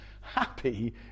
happy